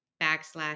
backslash